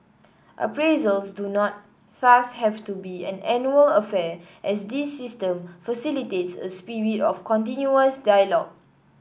appraisals do not thus have to be an annual affair as this system facilitates a spirit of continuous dialogue